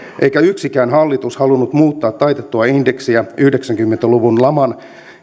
eikä yksikään hallitus halunnut muuttaa taitettua indeksiä yhdeksänkymmentä luvun laman